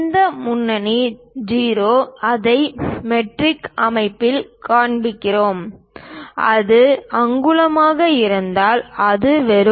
இந்த முன்னணி 0 அதை மெட்ரிக் அமைப்பில் காண்பிக்கிறோம் அது அங்குலமாக இருந்தால் அது வெறும்